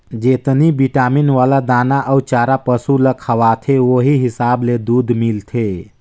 जेतनी बिटामिन वाला दाना अउ चारा पसु ल खवाथे ओहि हिसाब ले दूद मिलथे